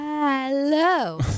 Hello